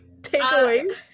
takeaway